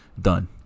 done